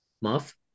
Muff